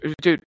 Dude